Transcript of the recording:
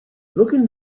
looking